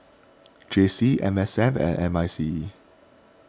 J C M S F and M I C E